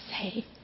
say